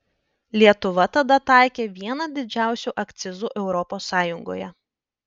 lietuva tada taikė vieną didžiausių akcizų europos sąjungoje